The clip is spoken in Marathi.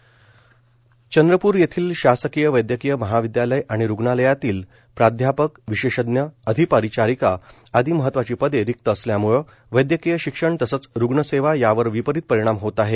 रिक्त पदे चंद्रप्र येथील शासकीय वैदयकिय महाविदयालय आणि रूग्णाषलयातील प्राध्या पक विशेषज्ञ अधि परिचारीका आदी महत्वा ची पदे रिक्ता असल्याणमुळं वैद्यकिय शिक्षण तसंच रुग्णसेवा यावर विपरीत परिणाम होत आहेत